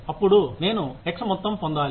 అప్పుడు నేను x మొత్తం పొందాలి